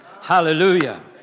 hallelujah